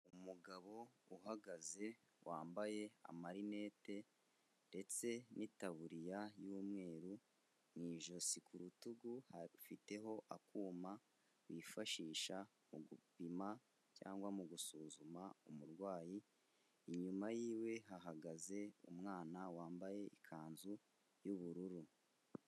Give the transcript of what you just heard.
Umugabo uhagaze wambaye amarinete ndetse n'itaburiya y'umweru mu ijosi ,ku rutugu afiteho akuma bifashisha mu gupima cyangwa mu gusuzuma umurwayi. Inyuma y'iwe hahagaze umwana wambaye ikanzu y'ubururu.